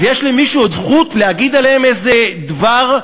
אז יש למישהו עוד זכות להגיד עליהם איזה דבר,